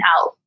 out